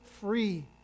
free